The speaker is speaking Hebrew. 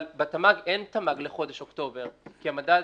אבל בתמ"ג אין תמ"ג לחודש אוקטובר כי המדד